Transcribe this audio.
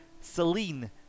Celine